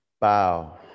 bow